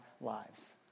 lives